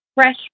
fresh